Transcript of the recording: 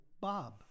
Bob